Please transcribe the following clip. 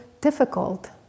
difficult